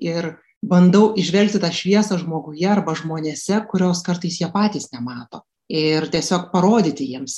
ir bandau įžvelgti tą šviesą žmoguje arba žmonėse kurios kartais jie patys nemato ir tiesiog parodyti jiems